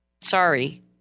Sorry